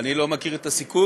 אני לא מכיר את הסיכום.